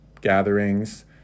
gatherings